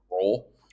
role